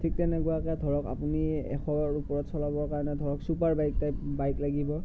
ঠিক তেনেকুৱাকৈ ধৰক আপুনি এশৰ ওপৰত চলাবৰ কাৰণে ধৰক চুপাৰ বাইক টাইপ বাইক লাগিব